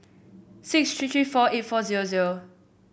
six three three four eight four zero zero